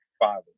Father